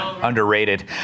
Underrated